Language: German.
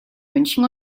münchen